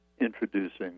introducing